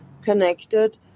connected